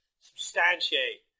substantiate